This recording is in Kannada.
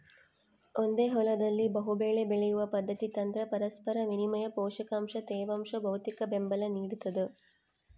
ಒಂದೇ ಹೊಲದಲ್ಲಿ ಬಹುಬೆಳೆ ಬೆಳೆಯುವ ಪದ್ಧತಿ ತಂತ್ರ ಪರಸ್ಪರ ವಿನಿಮಯ ಪೋಷಕಾಂಶ ತೇವಾಂಶ ಭೌತಿಕಬೆಂಬಲ ನಿಡ್ತದ